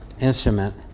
instrument